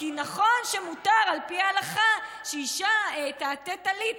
כי נכון שמותר על פי ההלכה שאישה תעטה טלית,